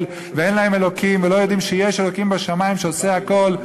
ואין להם אלוקים ולא יודעים שיש אלוקים בשמים שעושה הכול,